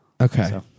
Okay